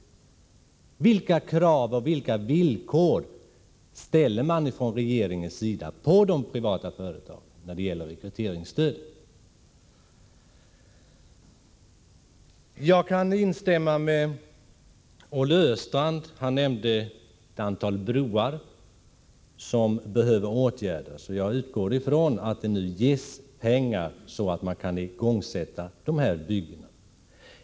Vilka krav och vilka villkor ställer man från regeringens sida på de privata företagen i samband med rekryteringsstödet? Jag kan instämma med Olle Östrand; han nämnde ett antal broar som behöver åtgärdas. Jag utgår ifrån att pengar nu anvisas så att man kan igångsätta dessa byggen.